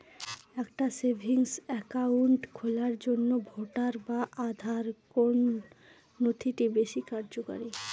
একটা savings account খোলার জন্য ভোটার বা আধার কোন নথিটি বেশী কার্যকরী?